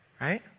right